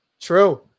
True